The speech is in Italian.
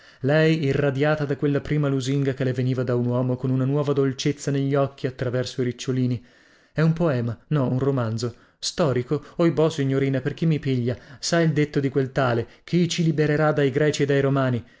lei irradiata da quella prima lusinga che le veniva da un uomo con una nuova dolcezza negli occhi attraverso i ricciolini è un poema no un romanzo storico oibò signorina per chi mi piglia sa il detto di quel tale chi ci libererà dai greci e dai romani